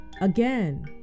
again